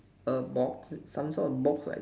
a box some sort of box like that